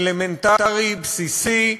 אלמנטרי, בסיסי.